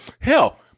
Hell